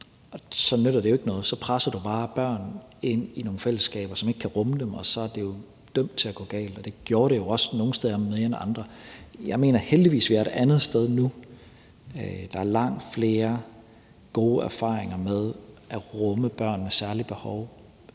så nytter det jo ikke noget. Så presser du bare børn ind i nogle fællesskaber, som ikke kan rumme dem, og så er det jo dømt til at gå galt, og det gjorde det jo også, nogle steder mere end andre. Jeg mener, at vi heldigvis er et andet sted nu. Der er langt flere gode erfaringer med at rumme børn med særlige behov